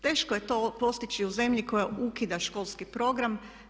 Teško je to postići u zemlji koja ukida školski program.